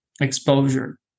exposure